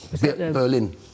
Berlin